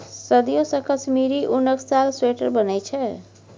सदियों सँ कश्मीरी उनक साल, स्वेटर बनै छै